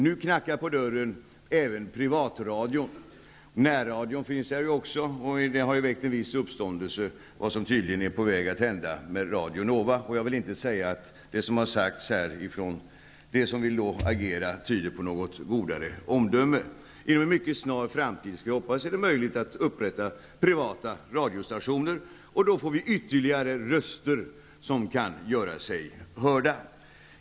Nu knackar även privatradion på dörren. Närradio finns också, och det har väckt en viss uppståndelse vad som tydligen är på väg att hända med Radio Nova. Jag vill inte säga att det som sagts från dem som vill agera tyder på något godare omdöme. Inom en mycket snar framtid hoppas jag att det skall bli möjligt att upprätta privata radiostationer, och då får vi ytterligare röster som kan göra sig hörda.